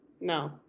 no